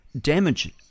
damage